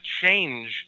change